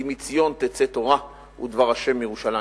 כי מציון תצא תורה ודבר ה' מירושלים.